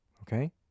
Okay